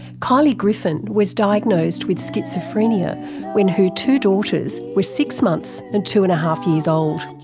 kylie griffin was diagnosed with schizophrenia when her two daughters were six months and two and a half years old.